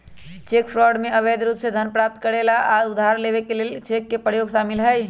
cheque fraud में अवैध रूप से धन प्राप्त करे आऽ उधार लेबऐ के लेल चेक के प्रयोग शामिल हइ